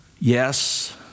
Yes